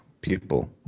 people